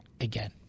again